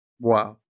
Wow